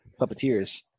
puppeteers